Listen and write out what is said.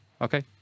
Okay